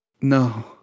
No